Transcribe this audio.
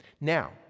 Now